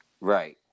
Right